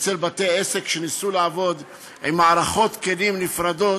אצל בתי-העסק שניסו לעבוד עם מערכות כלים נפרדות,